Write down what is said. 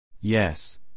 Yes